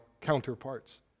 counterparts